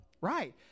right